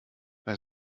bei